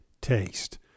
taste